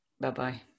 bye-bye